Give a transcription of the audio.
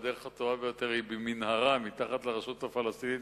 והדרך הטובה ביותר היא במנהרה מתחת לרשות הפלסטינית,